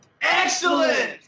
Excellent